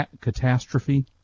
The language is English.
Catastrophe